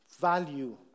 value